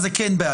אז זה כן בעיה.